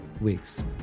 weeks